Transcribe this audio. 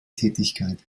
tätigkeit